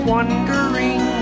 Wondering